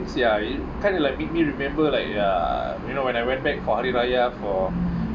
you see ah it kind of like made me remember like ya you know when I went back for hari raya for